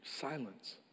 Silence